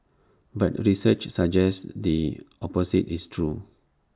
but research suggests the opposite is true